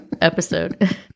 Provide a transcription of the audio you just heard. episode